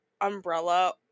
umbrella